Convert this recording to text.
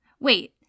Wait